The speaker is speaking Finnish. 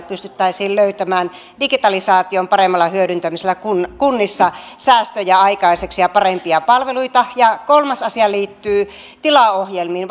pystyttäisiin löytämään digitalisaation paremmalla hyödyntämisellä kunnissa säästöjä ja saamaan aikaiseksi parempia palveluita kolmas asia liittyy tilaohjelmiin